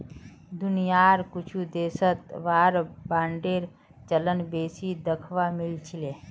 दुनियार कुछु देशत वार बांडेर चलन बेसी दखवा मिल छिले